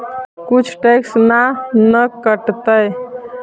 कुछ टैक्स ना न कटतइ?